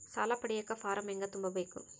ಸಾಲ ಪಡಿಯಕ ಫಾರಂ ಹೆಂಗ ತುಂಬಬೇಕು?